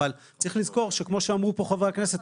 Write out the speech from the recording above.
אבל צריך לזכור שכמו שאמרו פה חברי הכנסת,